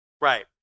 Right